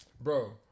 Bro